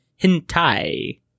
hentai